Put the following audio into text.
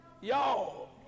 Y'all